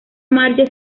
marge